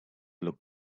look